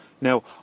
Now